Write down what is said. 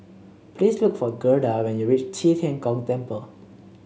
please look for Gerda when you reach Qi Tian Gong Temple